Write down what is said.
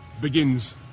begins